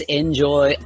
enjoy